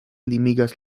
limigas